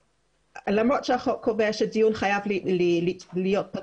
למרות שהחוק קובע שדיון חייב להיות פתוח